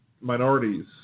minorities